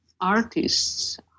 artists